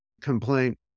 complaint